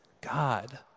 God